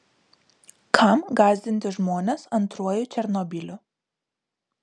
kam gąsdinti žmones antruoju černobyliu